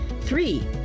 Three